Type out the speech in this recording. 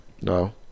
No